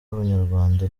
b’abanyarwanda